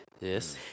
Yes